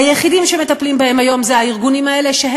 היחידים שמטפלים בהם היום הם הארגונים האלה,